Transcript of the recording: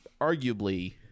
arguably